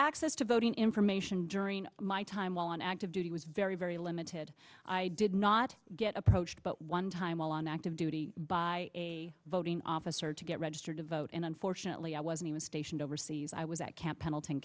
access to voting information during my time while on active duty was very very limited i did not get approached but one time while on active duty by a voting officer to get registered to vote and unfortunately i wasn't even stationed overseas i was at camp pendleton